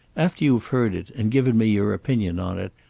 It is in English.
after you've heard it, and given me your opinion on it,